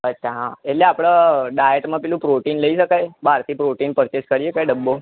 અચ્છા હા એટલે આપણે ડાયટમાં પેલું પ્રોટીન લઈ શકાય બહારથી પ્રોટીન પરચેસ કરી શકાય ડબ્બો